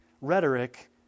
rhetoric